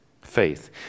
Faith